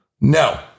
No